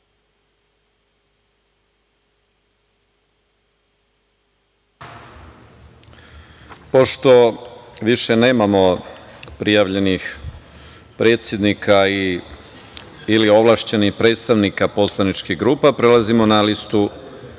Pošto više nemamo prijavljenih predsednika ili ovlašćenih predstavnika poslaničkih grupa, prelazimo na listu